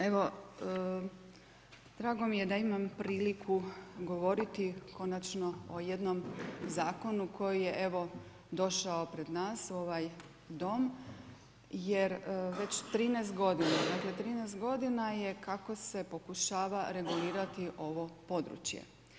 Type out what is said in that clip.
Evo drago mi je da imam priliku govoriti konačno o jednom zakonu koji je evo došao pred nas u ovaj Dom jer već 13 godina, dakle 13 godina je kako se pokušava regulirati ovo područje.